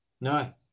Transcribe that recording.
No